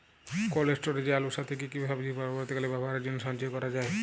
Cold স্টোরেজে আলুর সাথে কি কি সবজি পরবর্তীকালে ব্যবহারের জন্য সঞ্চয় করা যায়?